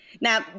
Now